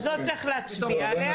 בתוך הנוסח, אז לא צריך להצביע עליה.